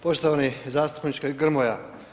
Poštovani zastupniče Grmoja.